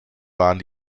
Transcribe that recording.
waren